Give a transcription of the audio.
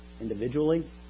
individually